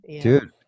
Dude